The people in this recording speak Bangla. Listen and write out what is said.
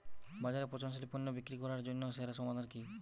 বাজারে পচনশীল পণ্য বিক্রি করার জন্য সেরা সমাধান কি?